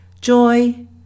Joy